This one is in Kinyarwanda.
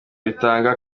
ritanga